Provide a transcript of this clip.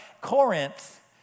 Corinth